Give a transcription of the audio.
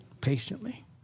patiently